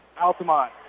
Altamont